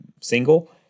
single